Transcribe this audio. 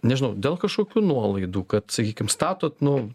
nežinau dėl kažkokių nuolaidų kad sakykim statot nu